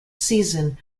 season